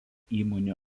įmonių